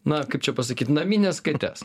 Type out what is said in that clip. na kaip čia pasakyt namines kates